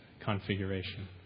configuration